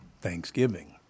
Thanksgiving